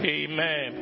amen